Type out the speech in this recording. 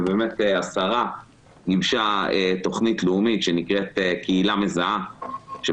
השרה גיבשה תכנית לאומית שנקראת קהילה מזהה כאשר